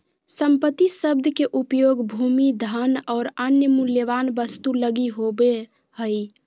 संपत्ति शब्द के उपयोग भूमि, धन और अन्य मूल्यवान वस्तु लगी होवे हइ